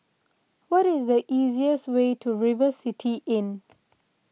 what is the easiest way to River City Inn